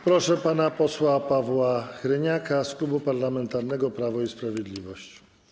Proszę pana posła Pawła Hreniaka z Klubu Parlamentarnego Prawo i Sprawiedliwość.